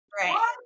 right